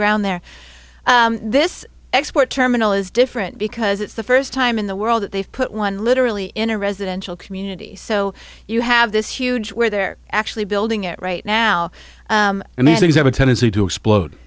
ground there this export terminal is different because it's the first time in the world that they've put one literally in a residential community so you have this huge where they're actually building it right now and then things have a tendency to explode